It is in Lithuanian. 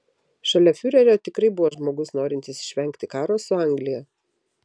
šalia fiurerio tikrai buvo žmogus norintis išvengti karo su anglija